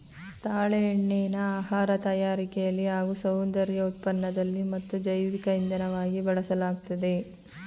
ತಾಳೆ ಎಣ್ಣೆನ ಆಹಾರ ತಯಾರಿಕೆಲಿ ಹಾಗೂ ಸೌಂದರ್ಯ ಉತ್ಪನ್ನದಲ್ಲಿ ಮತ್ತು ಜೈವಿಕ ಇಂಧನವಾಗಿ ಬಳಸಲಾಗ್ತದೆ